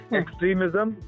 extremism